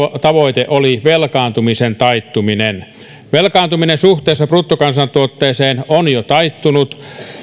tavoite oli velkaantumisen taittuminen velkaantuminen suhteessa bruttokansantuotteeseen on jo taittunut